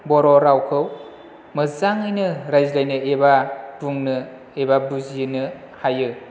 बर' रावखौ मोजाङैनो रायज्लायनो एबा बुंनो एबा बुजिनो हायो